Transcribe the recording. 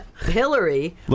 Hillary